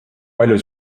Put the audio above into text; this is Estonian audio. palju